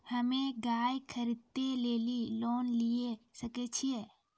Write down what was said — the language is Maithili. हम्मे गाय खरीदे लेली लोन लिये सकय छियै?